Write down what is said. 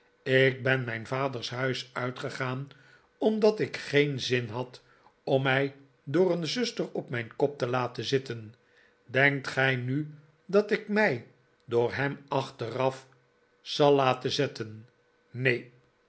ik ben mijn vaders huis uitgegaan omdat ik geen zin had mij door een zuster op mijn kop te laten zitten denkt gij nu dat ik mij door hem achteraf zal laten zetten